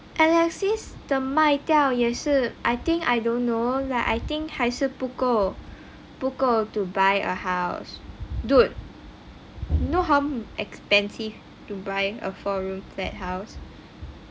alexis 的卖掉也是 I think I don't know lah I think 还是不够不够 to buy a house dude you know how expensive to buy a four room flat house